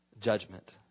Judgment